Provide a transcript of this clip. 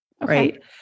right